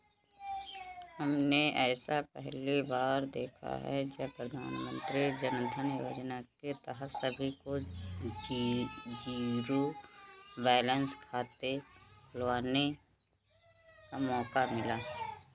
हमने ऐसा पहली बार देखा है जब प्रधानमन्त्री जनधन योजना के तहत सभी को जीरो बैलेंस खाते खुलवाने का मौका मिला